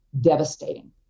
devastating